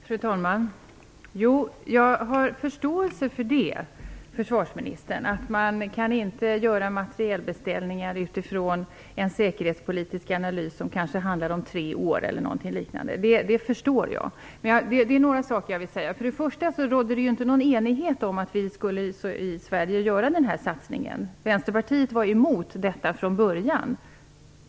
Fru talman! Jag har förståelse för att man inte kan göra materielbeställningar utifrån en säkerhetspolitisk analys på kanske tre år. Det förstår jag, försvarsministern. Men jag vill säga några saker. För det första rådde det inte enighet om att vi skulle göra denna satsning i Sverige. Vänsterpartiet var emot detta från början.